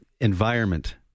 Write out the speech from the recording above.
environment